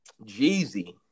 Jeezy